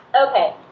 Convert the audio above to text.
Okay